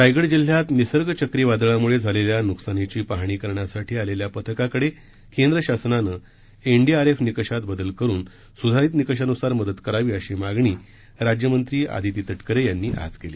रायगड जिल्ह्यात निसर्ग चक्रीवादळामुळे झालेल्या नुकसानीची पाहणी करण्यासाठी आलेल्या पथकाकडे केंद्र शासनाने एनडीआरएफ निकषात बदल करून सुधारित निकषानुसार मदत करावी अशी मागणी राज्यमंत्री अदिती तटकरे यांनी आज केलं